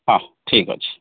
ହଁ ଠିକ୍ ଅଛି